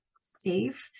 safe